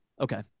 Okay